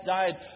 died